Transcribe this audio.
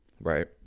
right